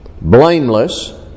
blameless